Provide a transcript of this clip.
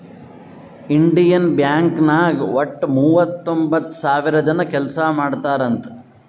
Indian Bank ನಾಗ್ ವಟ್ಟ ಮೂವತೊಂಬತ್ತ್ ಸಾವಿರ ಜನ ಕೆಲ್ಸಾ ಮಾಡ್ತಾರ್ ಅಂತ್